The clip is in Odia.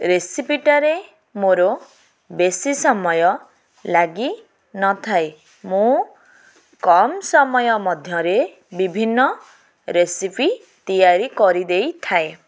ରେସିପିଟାରେ ମୋର ବେଶୀ ସମୟ ଲାଗି ନଥାଏ ମୁଁ କମ୍ ସମୟ ମଧ୍ୟରେ ବିଭିନ୍ନ ରେସିପି ତିଆରି କରିଦେଇଥାଏ